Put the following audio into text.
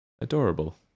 Adorable